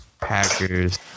Packers